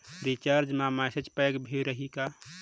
Recharge मा message pack भी रही का?